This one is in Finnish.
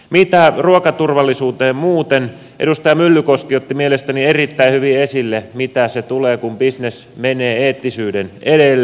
mitä ruokaturvallisuuteen muuten tulee edustaja myllykoski otti mielestäni erittäin hyvin esille mitä siitä tulee kun bisnes menee eettisyyden edelle